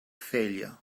failure